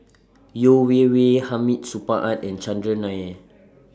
Yeo Wei Wei Hamid Supaat and Chandran Nair